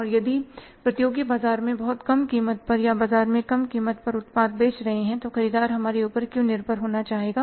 और यदि प्रतियोगी बाजार में बहुत कम कीमत पर या बाजार में कम कीमत पर उत्पाद बेच रहे हैं तो ख़रीदार हमारे ऊपर क्यों निर्भर होना चाहेगा